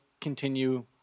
continue